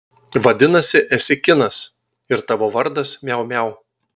vadinasi esi kinas ir tavo vardas miau miau